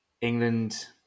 England